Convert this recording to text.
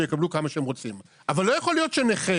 אבל לא יכול להיות שנכה